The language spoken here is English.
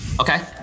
Okay